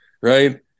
right